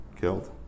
killed